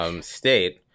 state